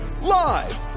live